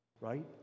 right